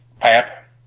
Pap